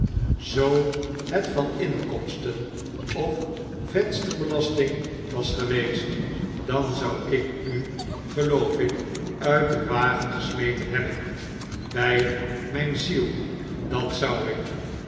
zoo het van inkomsten of vensterbelasting was geweest dan zou ik u geloof ik uit den wagen gesmeten hebben by myn ziel dat zou ik